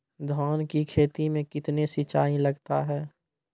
धान की खेती मे कितने सिंचाई लगता है?